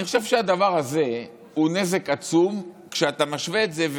אני חושב שהדבר הזה הוא נזק עצום כשאתה משווה את זה,